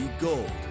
gold